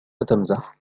تمزح